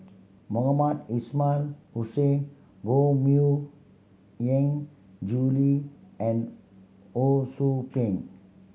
Mohamed Ismail Hussain Koh Mui Hiang Julie and Ho Sou Ping